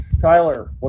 Tyler